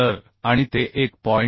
तर आणि ते 1